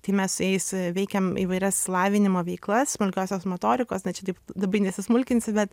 tai mes su jais veikiam įvairias lavinimo veiklas smulkiosios motorikos na čia taip labai nesismulkinsiu bet